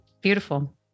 beautiful